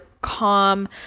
calm